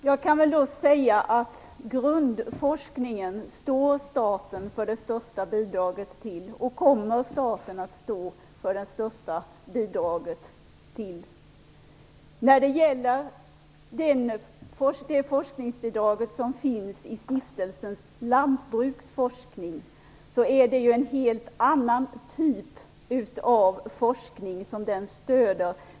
Fru talman! I fråga om grundforskningen står staten för det största bidraget, och kommer så att göra. Forskningsbidraget till Stiftelsen Lantbruksforskning stöder en helt annan typ av forskning.